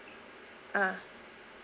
ah